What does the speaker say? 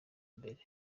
imbere